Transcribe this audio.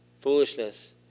Foolishness